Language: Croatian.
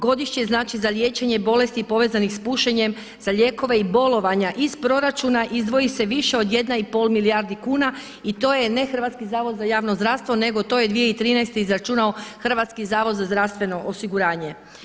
Godišnje znači za liječenje bolesti povezanih s pušenjem za lijekove i bolovanja iz proračuna izdvoji se više od jedne i pol milijarde kuna i to je ne Hrvatski zavod za javno zdravstvo, nego to je 2013. izračunao Hrvatski zavod za zdravstveno osiguranje.